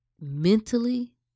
mentally